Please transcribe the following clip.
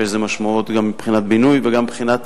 ויש לזה משמעות גם מבחינת בינוי וגם מבחינת